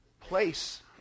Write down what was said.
place